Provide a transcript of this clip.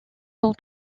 dans